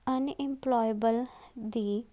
unemployable the